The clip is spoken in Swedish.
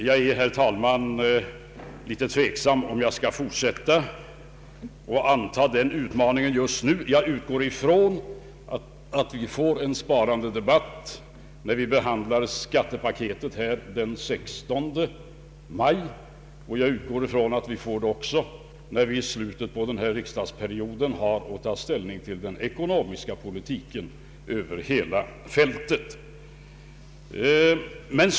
Jag är, herr talman, litet tveksam om jag skall fortsätta och anta den utmaningen just nu. Jag utgår från att vi får en sparandedebatt när vi behandlar skattepaketet den 14 maj och även när vi i slutet på denna riksdagsperiod har att ta ställning till den ekonomiska politiken över hela fältet.